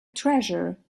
treasure